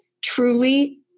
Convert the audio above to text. truly